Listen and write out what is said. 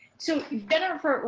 so jennifer,